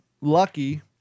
lucky